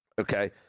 Okay